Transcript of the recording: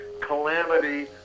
calamity